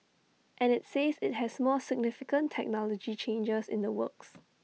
and IT says IT has more significant technology changes in the works